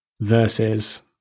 versus